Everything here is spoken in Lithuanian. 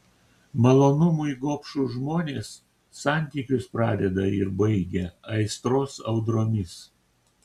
malonumui gobšūs žmonės santykius pradeda ir baigia aistros audromis